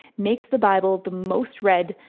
makes the bible the most-read,